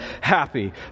happy